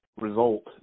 result